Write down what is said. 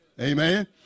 Amen